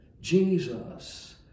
Jesus